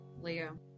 Leo